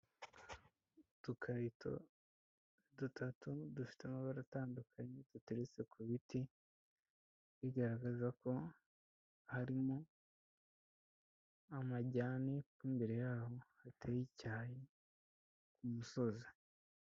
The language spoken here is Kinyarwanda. Utukarito dutatu dufite amabara atandukanye duteretse ku biti, bigaragaza ko harimo amajyani ko imbere yaho hateye icyayi ku musozi.